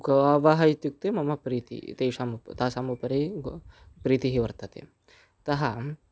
गावः इत्युक्ते मम प्रीतिः तेषां तासाम् उपरि प्रीतिः वर्तते अतः